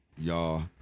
Y'all